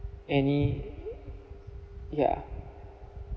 any ya